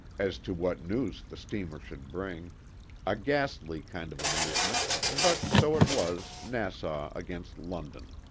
as to what news the steamer should bring a ghastly kind of amusement, but so it was, nassau against london.